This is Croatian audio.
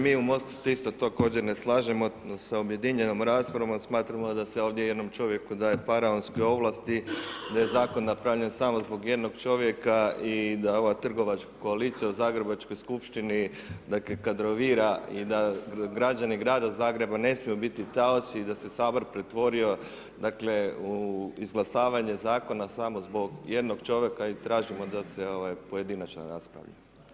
Mi u MOST-u se isto također ne slažemo sa objedinjenom raspravom jer smatramo da se ovdje jednom čovjeku daje faraonske ovlasti, da je zakon napravljen samo zbog jednog čovjeka i da ova trgovačka koalicija u Zagrebačkoj skupštini dakle kadrovira i da građani grada Zagreba ne smiju biti taoci, da se Sabor pretvorio u izglasavanje zakona samo zbog jednog čovjeka i tražimo da se pojedinačno raspravlja.